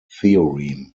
theorem